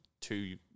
two